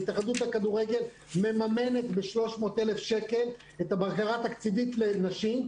ההתאחדות לכדורגל מממנת ב-300,000 שקל את הבקרה התקציבית לנשים,